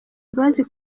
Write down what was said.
imbabazi